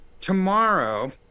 tomorrow